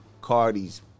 Cardi's